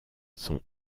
sont